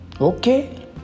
Okay